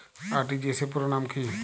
RTGS পুরো নাম কি?